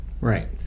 right